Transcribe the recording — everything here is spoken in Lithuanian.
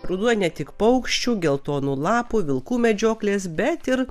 ruduo ne tik paukščių geltonų lapų vilkų medžioklės bet ir